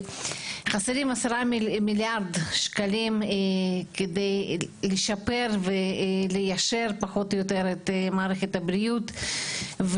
חסרים 10 מיליארד שקלים כדי לשפר וליישר פחות או יותר את מערכת הבריאות.